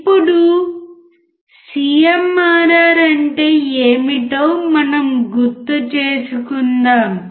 ఇప్పుడు CMRR అంటే ఏమిటో మనము గుర్తు చేసుకుందాం